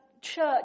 church